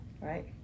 Right